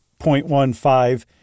0.15